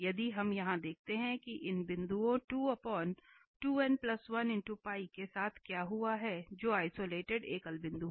यदि हम यहां देखते हैं कि इन बिंदुओं के साथ क्या हुआ जो आइसोलेटेड एकल बिंदु हैं